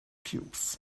cubes